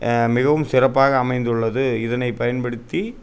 மிகவும் சிறப்பாக அமைந்துள்ளது இதனை பயன்படுத்தி